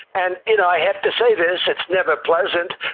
and, you know, i have to say this, it's never pleasant,